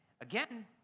again